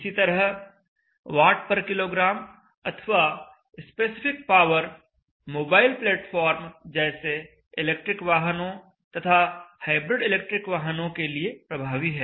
इसी तरह Wkg अथवा स्पेसिफिक पावर मोबाइल प्लेटफॉर्म जैसे इलेक्ट्रिक वाहनों तथा हाइब्रिड इलेक्ट्रिक वाहनों के लिए प्रभावी है